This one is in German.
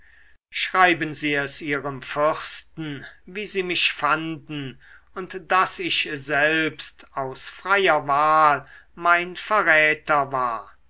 schreiben sie es ihrem fürsten wie sie mich fanden und daß ich selbst aus freier wahl mein verräter war